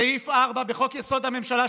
סעיף 4 בחוק-יסוד: הממשלה,